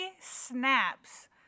snaps